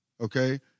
Okay